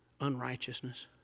unrighteousness